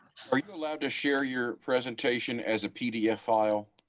are you allowed to share your presentation as a pdf file.